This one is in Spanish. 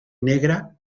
negra